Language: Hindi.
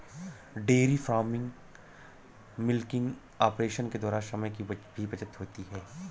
डेयरी फार्मिंग मिलकिंग ऑपरेशन के द्वारा समय की भी बचत होती है